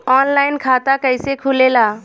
Online खाता कइसे खुलेला?